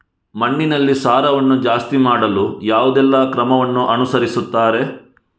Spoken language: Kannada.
ಮಣ್ಣಿನಲ್ಲಿ ಸಾರವನ್ನು ಜಾಸ್ತಿ ಮಾಡಲು ಯಾವುದೆಲ್ಲ ಕ್ರಮವನ್ನು ಅನುಸರಿಸುತ್ತಾರೆ